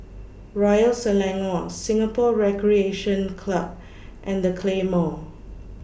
Royal Selangor Singapore Recreation Club and The Claymore